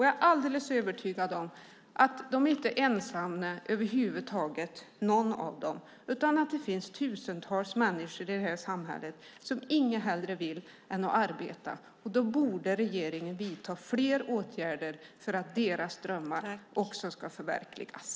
Jag är alldeles övertygad om att dessa människor inte är ensamma. Det finns tusentals människor i det här samhället som inget hellre vill än att arbeta. Då borde regeringen vidta fler åtgärder för att deras drömmar också ska förverkligas.